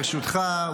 ברשותך.